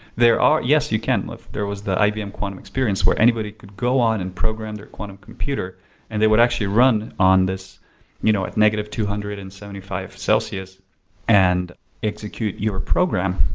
there are, yes you can. there was the ibm quantum experience where anybody could go on and program their quantum computer and they would actually run on this you know at negative two hundred and seventy five celsius and execute your program.